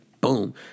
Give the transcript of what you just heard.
boom